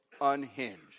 unhinged